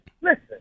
Listen